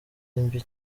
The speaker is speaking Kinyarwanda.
mbi